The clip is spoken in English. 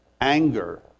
anger